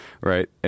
right